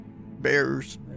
Bears